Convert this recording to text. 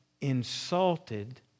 insulted